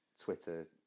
Twitter